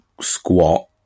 squat